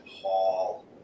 Hall